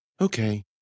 Okay